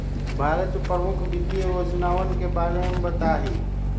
भारत के प्रमुख वित्त योजनावन के बारे में बताहीं